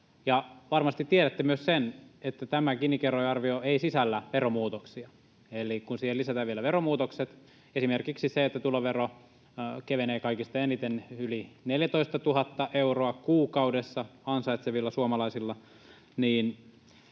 varmasti tiedätte myös sen, että tämä Gini-kerroinarvio ei sisällä veromuutoksia. Eli kun siihen lisätään vielä veromuutokset, esimerkiksi se, että tulovero kevenee kaikista eniten yli 14 000 euroa kuukaudessa ansaitsevilla suomalaisilla, niin